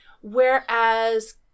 Whereas